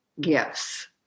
gifts